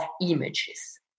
images